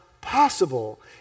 possible